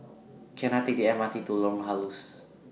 Can I Take The M R T to Lorong Halus